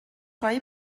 خواهی